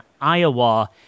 Iowa